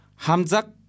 Hamzak